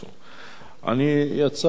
יצא חבר הכנסת לוין,